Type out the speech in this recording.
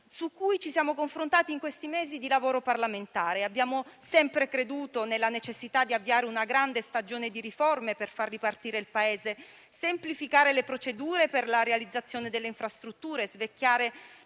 ci siamo confrontati negli ultimi mesi di lavoro parlamentare. Abbiamo sempre creduto nella necessità di avviare una grande stagione di riforme per far ripartire il Paese. Semplificare le procedure per la realizzazione delle infrastrutture, svecchiare